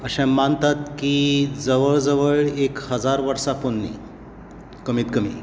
अशें मानतात कि जवळ जवळ एक हजार वर्सा पोन्नी कमीत कमी